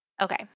Okay